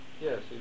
Yes